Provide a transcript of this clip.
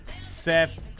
Seth